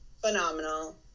phenomenal